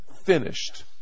finished